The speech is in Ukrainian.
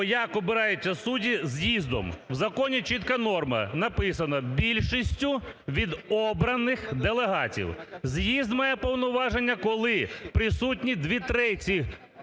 як обираються судді з'їздом. В законі чітка норма, написано: "більшістю від обраних делегатів". З'їзд має повноваження, коли присутні дві треті